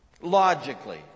logically